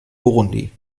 burundi